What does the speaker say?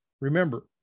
Remember